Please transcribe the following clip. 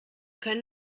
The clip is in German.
können